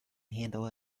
handle